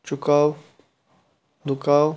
چُکاو دُکاو